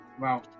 Wow